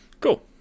cool